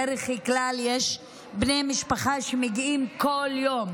בדרך כלל יש בני משפחה שמגיעים כל יום,